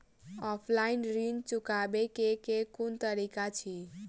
Offline ऋण चुकाबै केँ केँ कुन तरीका अछि?